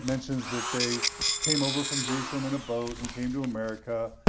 mentions that they came over from jerusalem in a boat and came to america,